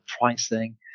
pricing